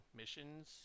missions